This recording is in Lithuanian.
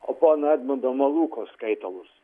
o pono edmundo malūko skaitalus